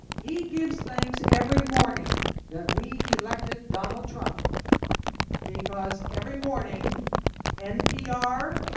he gives thanks every morning that we elected donald trump because every morning npr,